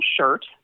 shirt